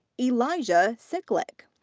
elijah sicklick.